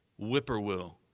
whippoorwill.